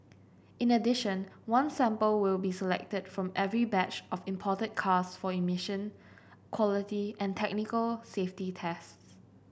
in addition one sample will be selected from every batch of imported cars for emission quality and technical safety tests